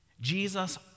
Jesus